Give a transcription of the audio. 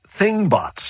thingbots